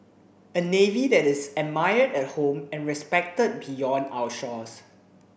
a navy that is admired at home and respected beyond our shores